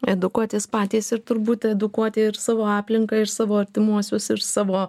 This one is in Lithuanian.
edukuotis patys ir turbūt edukuoti ir savo aplinką ir savo artimuosius ir savo